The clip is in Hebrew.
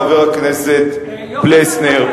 חבר הכנסת פלסנר,